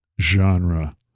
genre